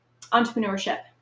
entrepreneurship